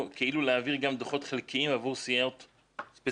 להעביר גם דוחות חלקיים עבור סיעות ספציפיות,